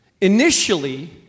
initially